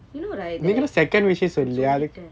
you know right that like நான் சொல்லிட்டேன்:naan sollitten